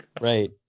right